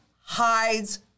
hides